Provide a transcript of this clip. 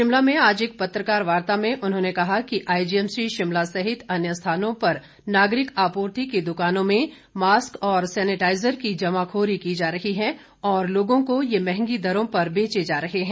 शिमला में आज एक पत्रकार वार्ता में उन्होंने कहा कि आईजीएमसी शिमला सहित अन्य स्थानों पर नागरिक आपूर्ति की दुकानों में मास्क और सैनेटाइजर की जमाखोरी की जा रही है और लोगों को यह महंगी दरों पर बेचे जा रहे हैं